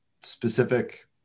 specific